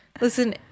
listen